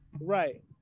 right